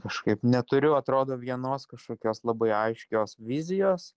kažkaip neturiu atrodo vienos kažkokios labai aiškios vizijos